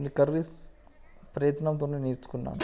కొన్ని కర్రీస్ ప్రయత్నంతో నేర్చుకున్నాను